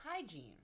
hygiene